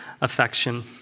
affection